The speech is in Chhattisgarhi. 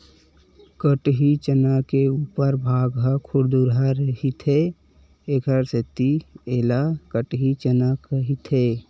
कटही चना के उपर भाग ह खुरदुरहा रहिथे एखर सेती ऐला कटही चना कहिथे